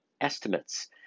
estimates